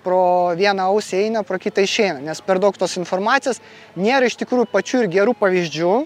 pro vieną ausį įeina pro kitą išeina nes per daug tos informacijos nėra iš tikrųjų pačių ir gerų pavyzdžių